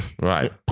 Right